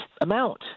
amount